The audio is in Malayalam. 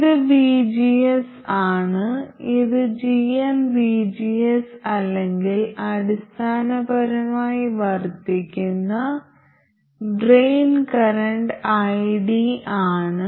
ഇത് vgs ആണ് ഇത് gmvgs അല്ലെങ്കിൽ അടിസ്ഥാനപരമായി വർദ്ധിക്കുന്ന ഡ്രെയിൻ കറന്റ് id ആണ്